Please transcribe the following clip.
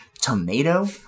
tomato